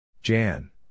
Jan